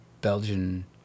Belgian